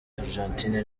argentine